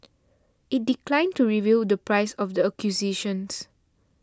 it declined to reveal the price of the acquisitions